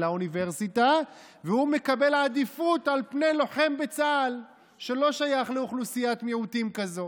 והוא מקבל עדיפות על לוחם בצה"ל שלא שייך לאוכלוסיית מיעוטים כזו.